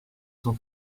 son